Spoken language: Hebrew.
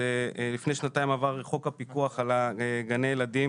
זה לפני שנתיים עבר חוק הפיקוח על גני הילדים